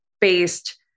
based